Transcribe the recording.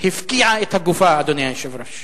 הפקיעה את הגופה, אדוני היושב-ראש.